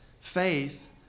faith